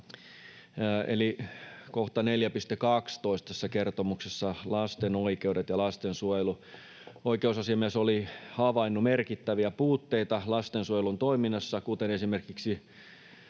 kohta 4.12 tässä kertomuksessa, lasten oikeudet ja lastensuojelu: Oikeusasiamies oli havainnut merkittäviä puutteita lastensuojelun toiminnassa, esimerkiksi